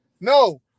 No